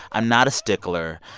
i'm not a stickler.